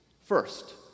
First